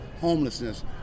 homelessness